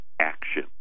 action